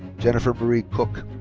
jennifer marie cook.